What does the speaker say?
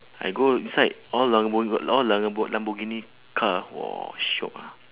I go inside all lambo~ all la~ lambo~ lamborghini car !wah! shiok ah